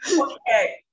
okay